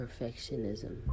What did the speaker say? perfectionism